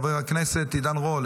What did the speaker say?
חבר הכנסת עידן רול,